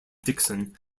dixon